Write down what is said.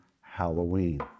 Halloween